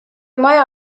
maja